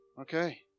Okay